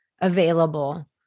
available